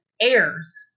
airs